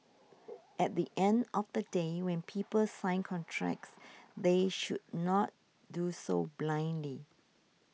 at the end of the day when people sign contracts they should not do so blindly